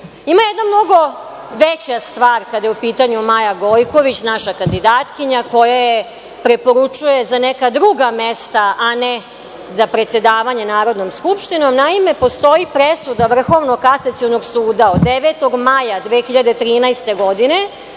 jedna mnogo veća stvar kada je u pitanju Maja Gojković, naša kandidatkinja koja je preporučuje za neka druga mesta, a ne za predsedavanje Narodnom skupštinom. Naime, postoji presuda Vrhovnog kasacionog suda od 9. maja 2013. godine